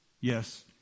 Yes